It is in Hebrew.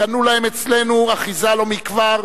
קנו להם אצלנו אחיזה לא מכבר,